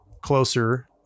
closer